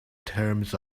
terms